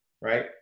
right